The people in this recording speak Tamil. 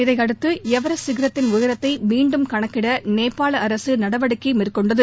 இதையடுத்து எவரெஸ்ட் சிகரத்தின் உயரத்தை மீண்டும் கணக்கிட நேபாள அரசு நடவடிக்கை மேற்கொண்டது